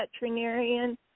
veterinarian